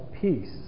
peace